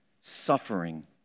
suffering